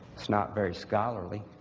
that's not very scholarly.